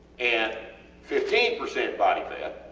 and fifteen percent body fat